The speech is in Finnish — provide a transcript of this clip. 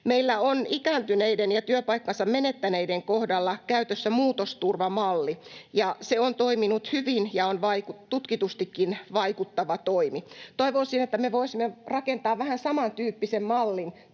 Meillä on ikääntyneiden ja työpaikkansa menettäneiden kohdalla käytössä muutosturvamalli, ja se on toiminut hyvin ja on tutkitustikin vaikuttava toimi. Toivoisin, että me voisimme rakentaa vähän samantyyppisen mallin